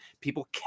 people